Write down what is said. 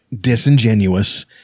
disingenuous